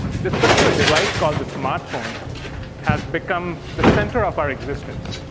this particular device called the smartphone has become the center of our existence.